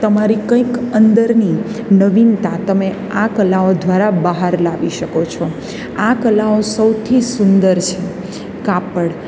તમારી કંઇક અંદરની નવીનતા તમે આ કલાઓ દ્વારા બહાર લાવી શકો છો આ કલાઓ સૌથી સુંદર છે કાપડ